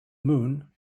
moon